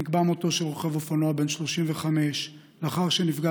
נקבע מותו של רוכב אופנוע בן 35 לאחר שנפגע